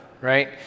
right